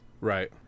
right